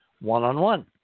one-on-one